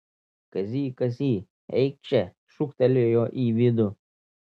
kazy kazy eik čia šūktelėjo į vidų